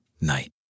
night